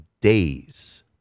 days